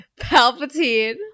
Palpatine